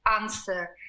answer